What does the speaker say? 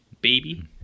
baby